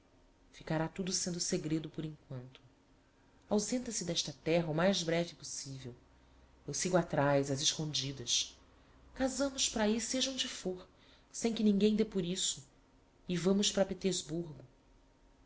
ficará tudo sendo segredo por emquanto ausenta se d'esta terra o mais breve possivel eu sigo atras ás escondidas casamos para ahi seja onde fôr sem que ninguem dê por isso e vamos para petersburgo